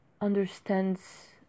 understands